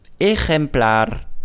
Ejemplar